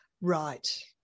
right